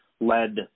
led